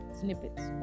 snippets